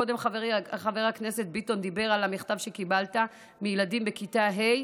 קודם חברי חבר הכנסת ביטון דיבר על המכתב שקיבל מילדים בכיתה ה'